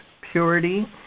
purity